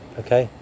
okay